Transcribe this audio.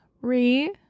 Re